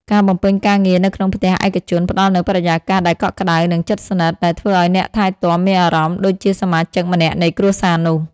ការបំពេញការងារនៅក្នុងផ្ទះឯកជន ផ្តល់នូវបរិយាកាសដែលកក់ក្តៅ និងជិតស្និទ្ធ ដែលធ្វើឱ្យអ្នកថែទាំមានអារម្មណ៍ដូចជាសមាជិកម្នាក់នៃគ្រួសារនោះ។